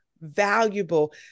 valuable